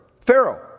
Pharaoh